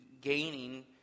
gaining